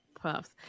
puffs